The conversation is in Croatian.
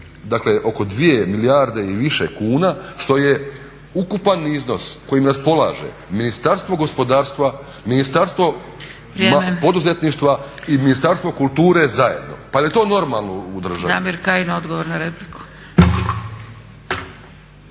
iznosi oko 2 milijarde i više kuna što je ukupan iznos kojim raspolaže Ministarstvo gospodarstva, Ministarstvo poduzetništvo i Ministarstvo kulture zajedno. Pa je li to normalno u državi?